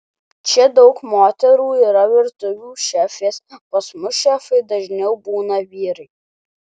čia daug moterų yra virtuvių šefės pas mus šefai dažniau būna vyrai